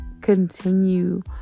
continue